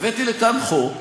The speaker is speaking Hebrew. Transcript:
הבאתי לכאן חוק,